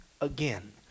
again